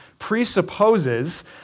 presupposes